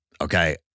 Okay